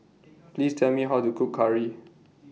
Please Tell Me How to Cook Curry